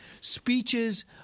speeches